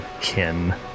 kin